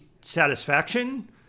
satisfaction